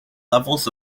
levels